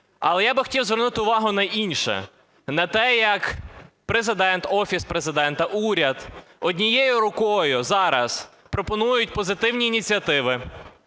Але я би хотів звернути увагу на інше, на те, як Президент, Офіс Президента, уряд однією рукою зараз пропонують позитивні ініціативи,